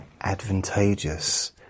advantageous